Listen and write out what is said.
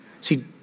See